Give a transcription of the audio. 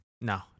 No